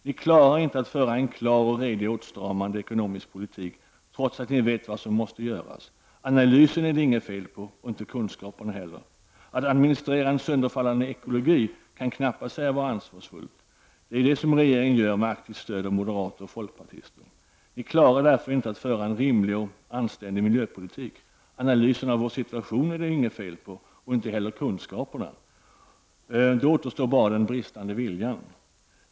Ni förmår inte föra en klar och redig åtstramande ekonomisk politik, trots att ni vet vad som måste göras. Analysen är det inget fel på och inte heller på kunskaperna. Att administrera en sönderfallande ekologi kan knappast sägas vara ansvarsfullt, men det är det som regeringen gör med aktivt stöd av moderater och folkpartister. Ni klarar därför inte att föra en rimlig och anständig miljöpolitik. Analysen av vår situation är det alltså inget fel på och inte heller på kunskaperna. Då återstår bara bristande vilja.